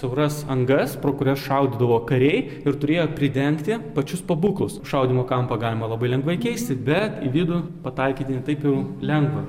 siauras angas pro kurias šaudydavo kariai ir turėjo pridengti pačius pabūklus šaudymo kampą galima labai lengvai keisti bet į vidų pataikyti ne taip jau lengva